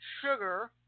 sugar